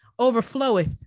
overfloweth